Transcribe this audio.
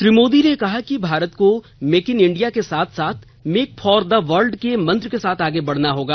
श्री मोदी ने कहा कि भारत को मेक इन इंडिया के साथ साथ मेक फॉर द वर्ल्ड के मंत्र के साथ आगे बढ़ना होगा